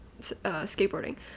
skateboarding